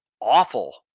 awful